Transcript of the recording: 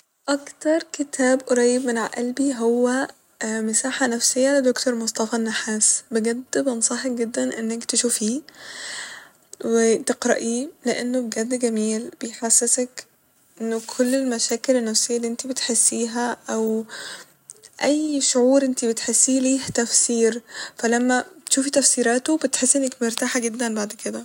اكتر كتاب قريب من ع قلبي هو مساحة نفسية لدكتور مصطفى النحاس ، بجد بنصحك جدا انك تشوفيه و تقرأيه لإنه بجد جميل بيحسسك إنه كل المشاكل النفسية الل انت بتحسيها او اي شعور انتي بتحسيه ليه تفسير فلما تشوفي تفسيراته بتحسي انك مرتاحة جدا بعد كده